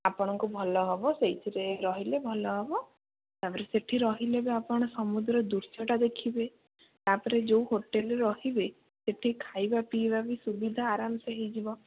ଆପଣଙ୍କୁ ଭଲ ହେବ ସେଇଥିରେ ରହିଲେ ଭଲ ହେବ ତାପରେ ସେଠି ରହିଲେ ବି ଆପଣ ସମୁଦ୍ର ଦୃଶ୍ୟଟା ଦେଖିବେ ତାପରେ ଯେଉଁ ହୋଟେଲରେ ରହିବେ ସେଠି ଖାଇବା ପିଇବା ବି ସୁବିଧା ଆରାମସେ ହେଇଯିବ